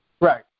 Right